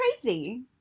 crazy